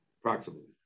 approximately